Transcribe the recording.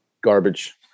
Garbage